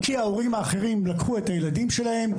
כי ההורים האחרים לקחו את הילדים שלהם,